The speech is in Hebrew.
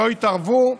שלא יתערבו,